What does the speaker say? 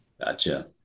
Gotcha